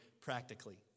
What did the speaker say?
practically